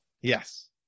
Yes